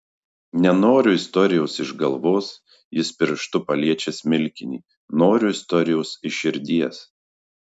nenoriu istorijos iš galvos jis pirštu paliečia smilkinį noriu istorijos iš širdies